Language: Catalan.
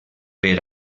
per